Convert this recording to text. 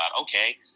okay